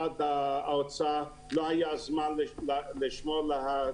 ראיתי שלנציג משרד האוצר לא היה זמן לשמוע תשובות,